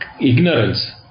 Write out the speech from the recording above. ignorance